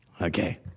Okay